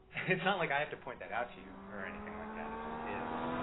it's not like i have to point that out to you, or anything like that. it just is.